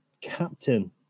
Captain